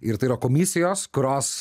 ir tai yra komisijos kurios